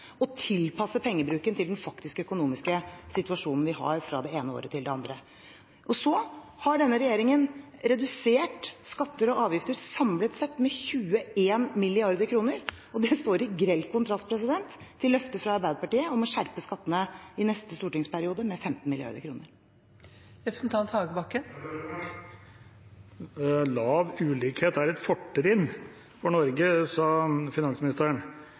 og tilpasser pengebruken til den faktiske økonomiske situasjonen vi har fra det ene året til det andre. Så har denne regjeringen redusert skatter og avgifter samlet sett med 21 mrd. kr. Det står i grell kontrast til løftet fra Arbeiderpartiet om å skjerpe skattene i neste stortingsperiode med 15 mrd. kr. Lav ulikhet er et fortrinn for Norge, sa finansministeren.